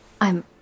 I'm-